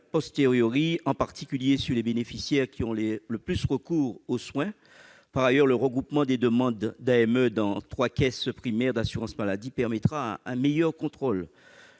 avoir lieu, en particulier pour les bénéficiaires qui ont le plus recours aux soins. Par ailleurs, le regroupement des demandes d'AME dans trois caisses primaires d'assurance maladie permettra un meilleur contrôle.